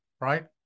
right